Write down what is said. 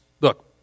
look